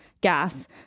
gas